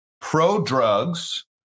pro-drugs